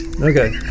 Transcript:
okay